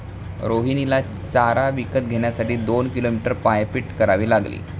रोहिणीला चारा विकत घेण्यासाठी दोन किलोमीटर पायपीट करावी लागली